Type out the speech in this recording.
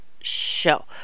Show